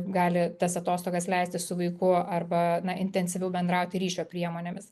gali tas atostogas leisti su vaiku arba intensyviau bendrauti ryšio priemonėmis